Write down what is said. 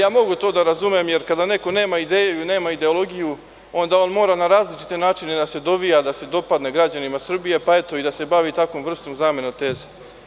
Mogu to da razumem jer kada neko nema ideju ili nema ideologiju onda on mora na različite načine da se dovija i da se dopadne građanima Srbije, pa i da se bavi takvom vrstom zamene teza.